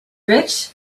rich